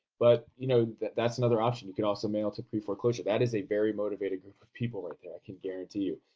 but you know that's another option, you can also mail to pre-foreclosure. that is a very motivated group of people right there, i can guarantee you.